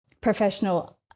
professional